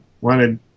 wanted